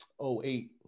08